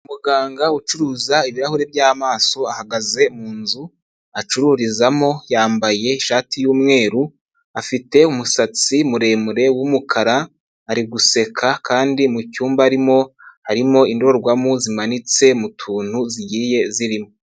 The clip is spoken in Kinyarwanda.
Umuganga ucuruza ibirahuri by'amaso ahagaze mu nzu acururizamo yambaye ishati y'umweru, afite umusatsi muremure w'umukara ari guseka kandi mu cyumba arimo harimo indorerwamo zimanitse mu tuntu zigiye zirimo.